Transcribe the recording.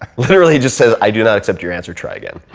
literally he just says, i do not accept your answer, try again.